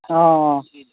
অঁ অঁ